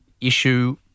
issue